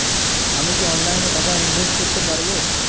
আমি কি অনলাইনে টাকা ইনভেস্ট করতে পারবো?